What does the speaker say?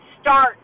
start